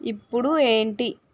ఇప్పుడు ఏంటి